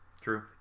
True